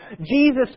Jesus